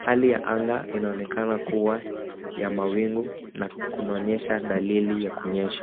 Hali ya anga inaonekana kuwa ya mawingu na kunaonyesha dalili ya kunyesha.